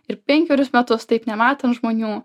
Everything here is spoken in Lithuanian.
ir penkerius metus taip nematant žmonių